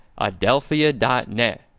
adelphia.net